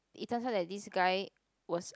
it tunrs out that this guy was